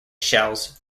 shells